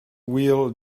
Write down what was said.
will